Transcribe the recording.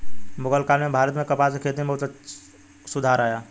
मुग़ल काल में भारत में कपास की खेती में बहुत सुधार आया